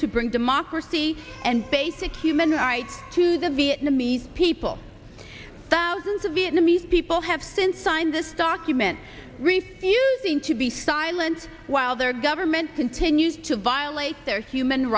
to bring democracy and basic human rights to the vietnamese people thousands of vietnamese people have since signed this document reputing to be silent while their government continues to violate their human